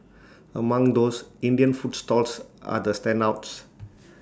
among those Indian food stalls are the standouts